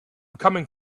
coming